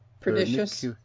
pernicious